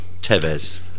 Tevez